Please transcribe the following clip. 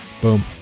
Boom